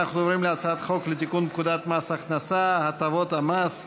אנחנו עוברים להצעת חוק לתיקון פקודת מס הכנסה (הטבות המס),